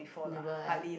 never eh